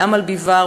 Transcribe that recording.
לאמל ביבאר,